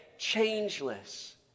changeless